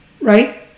right